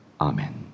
Amen